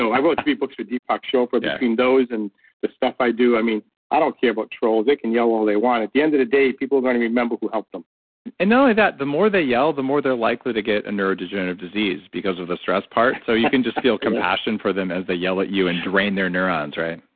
so i wrote three books with deepak chopra, between those and the stuff i do, i mean i don't care about trolls. they can yell all they want. at the end of the day, people are going to remember who helped them and not only that, the more they yell, the more they're likely to get a neurodegenerative disease because of the stress part. so you can just feel compassion for them as they yell at you and drain their neurons right?